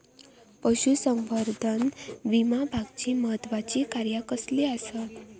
पशुसंवर्धन विभागाची महत्त्वाची कार्या कसली आसत?